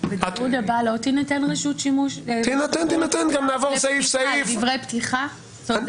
תודה, אני אהיה קצר.